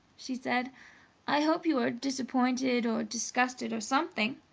she said i hope you are disappointed, or disgusted, or something!